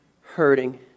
hurting